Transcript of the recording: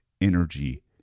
energy